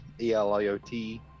E-L-I-O-T